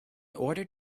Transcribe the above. order